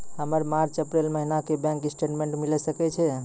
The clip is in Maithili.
हमर मार्च अप्रैल महीना के बैंक स्टेटमेंट मिले सकय छै?